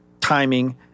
timing